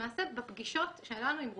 למעשה בפגישות שלנו עם רופאים,